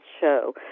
show